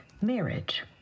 marriage